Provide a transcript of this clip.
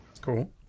Cool